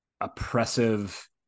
oppressive